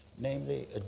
namely